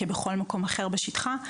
כבכול מקום אחר בשטחה,